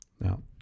Now